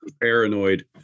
paranoid